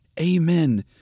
Amen